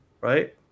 right